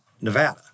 Nevada